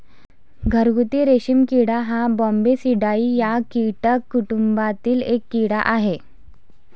घरगुती रेशीम किडा हा बॉम्बीसिडाई या कीटक कुटुंबातील एक कीड़ा आहे